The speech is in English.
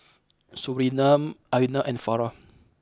Surinam Aina and Farah